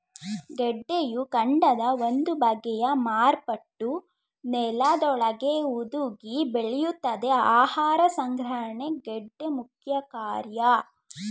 ಗೆಡ್ಡೆಯು ಕಾಂಡದ ಒಂದು ಬಗೆಯ ಮಾರ್ಪಾಟು ನೆಲದೊಳಗೇ ಹುದುಗಿ ಬೆಳೆಯುತ್ತದೆ ಆಹಾರ ಸಂಗ್ರಹಣೆ ಗೆಡ್ಡೆ ಮುಖ್ಯಕಾರ್ಯ